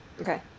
Okay